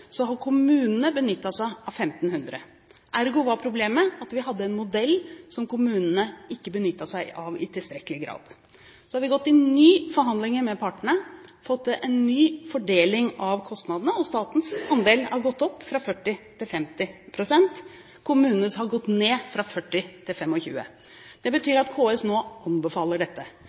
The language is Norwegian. Så har vi gått i nye forhandlinger med partene og fått en ny fordeling av kostnadene, og statens andel har gått opp fra 40 pst. til 50 pst. Kommunenes har gått ned fra 40 pst. til 25 pst. Det betyr at KS nå anbefaler dette.